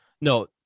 No